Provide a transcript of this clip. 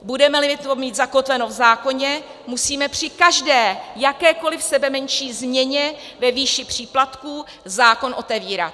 Budemeli to mít zakotveno v zákoně, musíme při každé, jakékoli sebemenší změně ve výši příplatků zákon otevírat.